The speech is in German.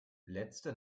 letzte